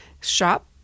shop